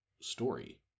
story